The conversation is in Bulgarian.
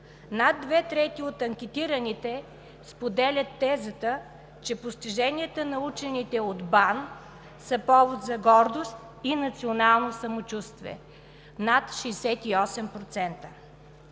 Над две трети от анкетираните споделят тезата, че постиженията на учените от БАН са повод за гордост и национално самочувствие – над 68%.